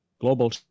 global